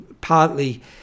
partly